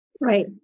Right